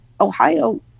Ohio